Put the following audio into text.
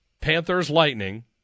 Panthers-Lightning